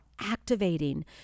activating